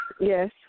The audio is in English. Yes